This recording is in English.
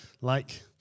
Like-